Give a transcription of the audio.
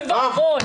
אוי ואבוי.